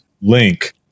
Link